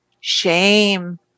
shame